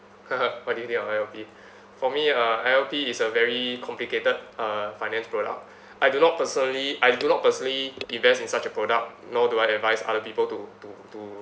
what do you think of I_L_P for me uh I_L_P is a very complicated uh finance product I do not personally I do not personally invest in such a product nor do I advise other people to to to